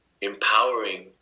empowering